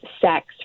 sex